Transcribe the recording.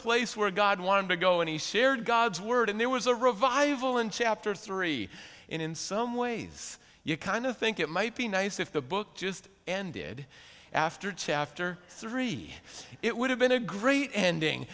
place where god wanted to go and he shared god's word and there was a revival in chapter three in some ways you kind of think it might be nice if the book just ended after chapter three it would have been a great ending